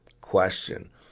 question